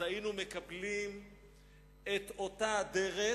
היינו מקבלים את אותה אדרת